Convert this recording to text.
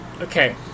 Okay